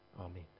Amen